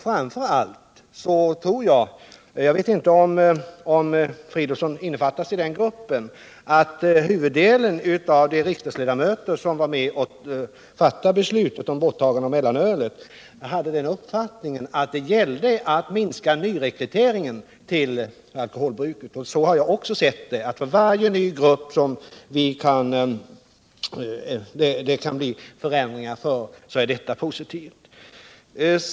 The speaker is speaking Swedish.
Framför allt tror jag att huvuddelen av de riksdagsledamöter — jag vet inte om Filip Fridolfsson skall innefattas i den gruppen — som var med och fattade beslutet om borttagande av mellanölet hade uppfattningen att det gällde att minska nyrekryteringen till alkoholbruket. Så har jag också sett det — för varje ny grupp som det kan bli förändring för är det positivt.